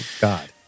God